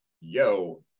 yo